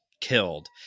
killed